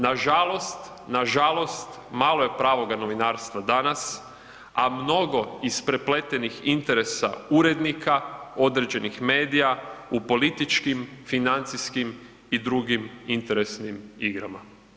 Nažalost, nažalost, malo je pravoga novinarstva danas, a mnogo isprepletenih interesa urednika, određenih medija, u političkim, financijskim i drugim interesnim igrama.